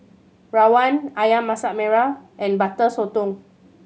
rawon Ayam Masak Merah and Butter Sotong